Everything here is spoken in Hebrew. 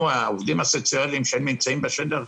העובדים הסוציאליים שנמצאים בשטח?